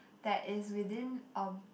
that is within um